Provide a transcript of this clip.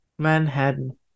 manhattan